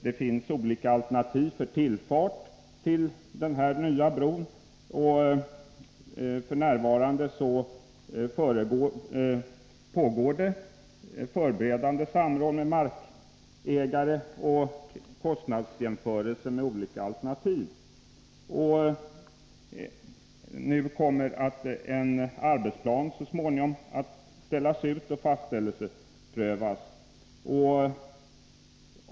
Det finns olika alternativ för tillfart till denna nya bro, och f. n. pågår förberedande samråd med markägare och görs kostnadsjämförelser mellan de olika alternativen. En arbetsplan kommer så småningom att ställas ut och fastställelse prövas.